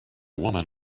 woman